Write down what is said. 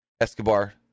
Escobar